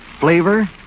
Flavor